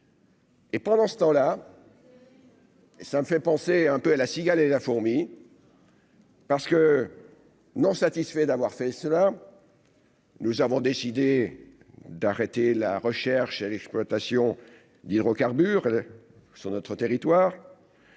Et pendant ce temps là. ça me fait penser un peu à la cigale et la fourmi. Parce que non satisfait d'avoir fait cela. Nous avons décidé d'arrêter la recherche et l'exploitation d'hydrocarbures sur notre territoire,